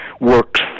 works